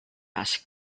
asked